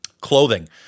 Clothing